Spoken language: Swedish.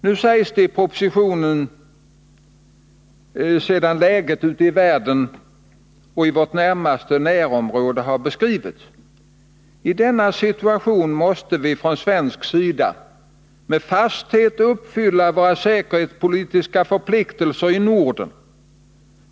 Nu sägs det i propositionen, sedan läget ute i världen och i vårt närområde har beskrivits: ”I denna situation måste vi från svensk sida med fasthet uppfylla våra säkerhetspolitiska förpliktelser i Norden.